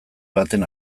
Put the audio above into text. baten